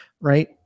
right